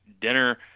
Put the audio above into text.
dinner